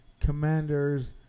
Commanders